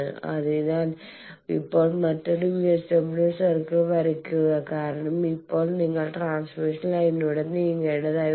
അതിനാൽ ഇപ്പോൾ മറ്റൊരു VSWR സർക്കിൾ വരയ്ക്കുക കാരണം ഇപ്പോൾ നിങ്ങൾ ട്രാൻസ്മിഷൻ ലൈനിലൂടെ നീങ്ങേണ്ടതുണ്ട്